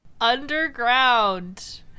Underground